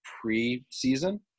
pre-season